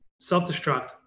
self-destruct